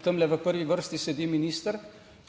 Tamle v prvi vrsti sedi minister,